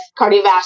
cardiovascular